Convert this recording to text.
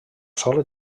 sola